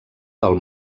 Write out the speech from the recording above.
del